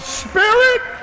spirit